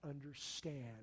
understand